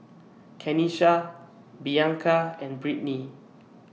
Kenisha Blanca and Brittnay